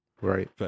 Right